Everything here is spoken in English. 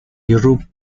europe